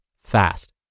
fast